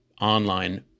online